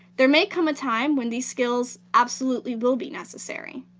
there may come a time when these skills absolutely will be necessary.